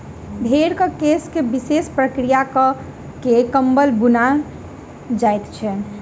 भेंड़क केश के विशेष प्रक्रिया क के कम्बल बुनल जाइत छै